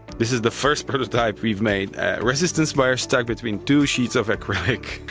this is the first prototype we've made, a resistance wire stuck between two sheets of acrylic.